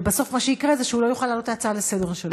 ובסוף מה שיקרה זה שהוא לא יוכל להעלות את ההצעה לסדר-היום שלו.